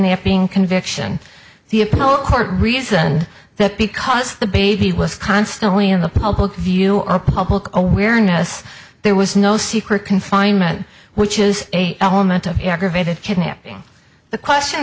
kidnapping conviction the appeal court reason that because the baby was constantly in the public view of public awareness there was no secret confinement which is a element aggravated kidnapping the question